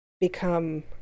become